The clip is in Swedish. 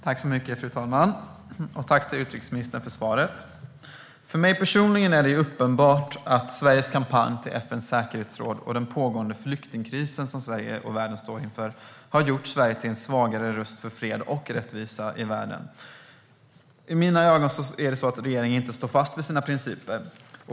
Fru talman! Jag tackar utrikesministern för svaret. För mig är det uppenbart att Sveriges kampanj till FN:s säkerhetsråd och den pågående flyktingkris Sverige och världen befinner sig i har gjort Sverige till en svagare röst för fred och rättvisa i världen. I mina ögon står inte regeringen fast vid sina principer.